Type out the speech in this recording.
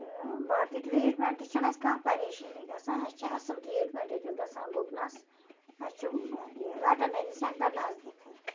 تہٕ باقٕے ٹرٛیٖٹمٮ۪نٛٹٕچ چھَنہٕ اَسہِ کانٛہہ پریشٲنی گژھان اَسہِ چھِ اَصٕل ٹرٛیٖٹمٮ۪نٛٹ ییٚتٮ۪تھ گژھان گُپنَس اَسہِ چھُ یہِ وٮ۪ٹَنٔری سٮ۪نٹر نزدیٖکٕے